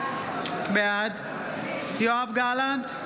בעד יואב גלנט,